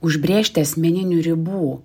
užbrėžti asmeninių ribų